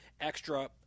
Extra